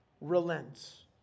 relents